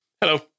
Hello